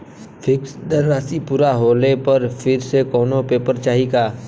Fix धनराशी पूरा होले पर फिर से कौनो पेपर चाही का?